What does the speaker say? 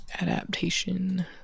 adaptation